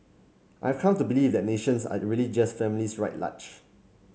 I've come to believe that nations are really just families writ large